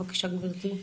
בבקשה גברתי.